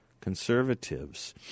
conservatives